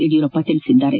ಯಡಿಯೂರಪ್ಪ ಹೇಳಿದ್ದಾರೆ